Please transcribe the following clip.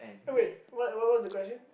uh wait what what what was the question